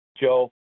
Joe